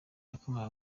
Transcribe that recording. yakomeje